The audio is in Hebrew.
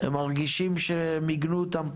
הם מרגישים שמיגנו אותם פחות.